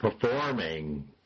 performing